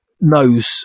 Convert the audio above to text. knows